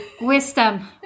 Wisdom